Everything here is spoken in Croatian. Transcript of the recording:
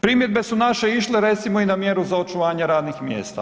Primjedbe su naše išle recimo i na mjeru za očuvanje radnih mjesta.